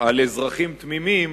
על אזרחים תמימים